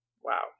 Wow